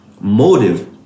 motive